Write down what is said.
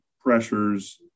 pressures